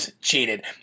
cheated